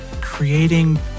creating